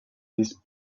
his